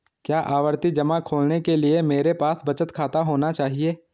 क्या आवर्ती जमा खोलने के लिए मेरे पास बचत खाता होना चाहिए?